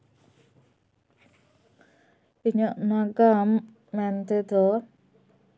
ᱤᱧᱟᱹᱜ ᱱᱟᱜᱟᱢ ᱢᱮᱱᱛᱮᱫᱚ